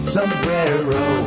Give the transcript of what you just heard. Sombrero